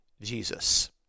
Jesus